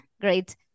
Great